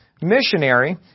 missionary